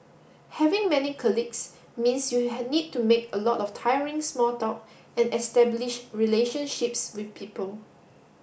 having many colleagues means you need to make a lot of tiring small talk and establish relationships with people